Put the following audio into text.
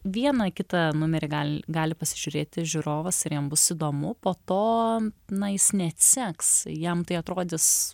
vieną kitą numerį gal gali pasižiūrėti žiūrovas ir jam bus įdomu po to na jis neatseks jam tai atrodys